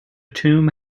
tomb